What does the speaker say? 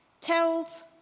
tells